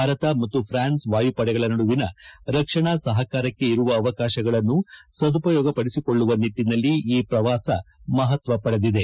ಭಾರತ ಮತ್ತು ಪೂನ್ಸ್ ವಾಯುಪಡೆಗಳ ನಡುವಿನ ರಕ್ಷಣಾ ಸಪಕಾರಕ್ಕೆ ಇರುವ ಅವಕಾಶಗಳನ್ನು ಸದುಪಯೋಗ ಪಡಿಸಿಕೊಳ್ಳುವ ನಿಟ್ಟನಲ್ಲಿ ಈ ಪ್ರವಾಸ ಮಹತ್ವ ಪಡೆದಿದೆ